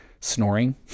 snoring